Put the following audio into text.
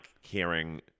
hearing